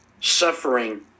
suffering